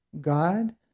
God